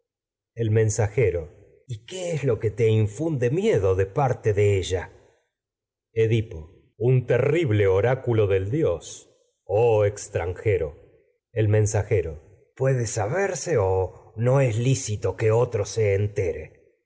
el mensajero de y qué es lo que te infunde miedo parte de ella edipo rey edipo un terrible oráculo del dios oh extrajero el mensajero puede saberse o no es licito que otro se entere